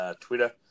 Twitter